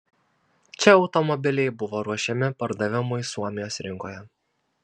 čia automobiliai buvo ruošiami pardavimui suomijos rinkoje